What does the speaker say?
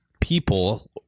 people